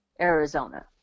Arizona